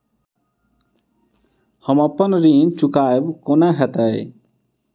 हम अप्पन ऋण चुकाइब कोना हैतय?